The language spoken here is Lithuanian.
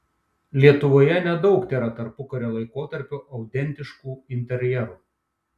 lietuvoje nedaug tėra tarpukario laikotarpio autentiškų interjerų